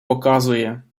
показує